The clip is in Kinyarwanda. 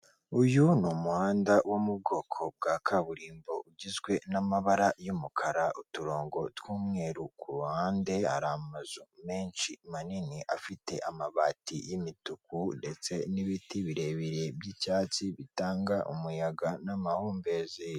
Uyu ni umuhanda wo mu bwoko bwa kaburimbo ugizwe n'amabara y'umukara uturongo tw'umweru, ku ruhande harizu menshi manini afite amabati y'imituku ndetse n'ibiti birebire by'icyatsi bitanga umuyaga n'amahumbezi.